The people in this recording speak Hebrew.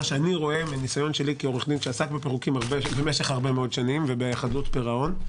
מהניסיון שלי כעורך דין שעסק בפירוקים משך שנים רבות וחדלות פירעון,